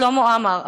שלמה עמר,